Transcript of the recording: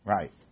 Right